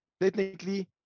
technically